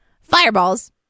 fireballs